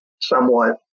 somewhat